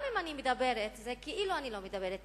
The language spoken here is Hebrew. גם אם אני מדברת זה כאילו אני לא מדברת.